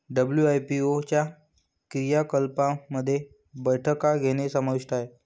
WIPO च्या क्रियाकलापांमध्ये बैठका घेणे समाविष्ट आहे